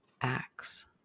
acts